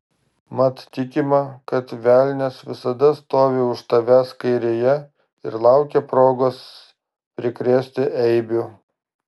mat tikima kad velnias visada stovi už tavęs kairėje ir laukia progos prikrėsti eibių